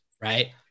right